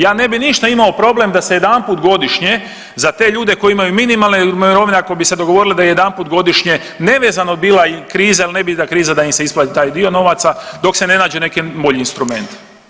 Ja ne bih ništa imao problem da se jedanput godišnje za te ljude koji imaju minimalne mirovine, ako bi se dogovorili da jedanput godišnje nevezano bila kriza ili ne bila kriza, da im se isplati taj dio novaca dok se ne nađe neki bolji instrument.